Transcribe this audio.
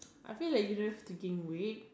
I feel like you don't have to gain weight